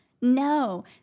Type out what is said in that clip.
No